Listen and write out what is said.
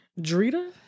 Drita